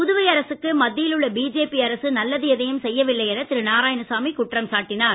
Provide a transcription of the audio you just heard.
புதுவை அரசுக்கு மத்தியில் உள்ள பிஜேபி அரசு நல்லது எதையும் செய்யவில்லை என திரு நாராயணசாமி குற்றம் சாட்டினார்